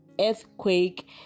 earthquake